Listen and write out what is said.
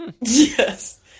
Yes